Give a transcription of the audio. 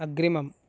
अग्रिमम्